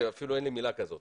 אפילו אין לי מילה לתאר את זה.